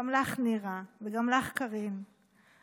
גם לך נירה וגם לך קארין ולכולכם,